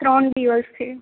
ત્રણ દિવસથી